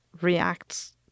reacts